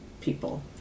people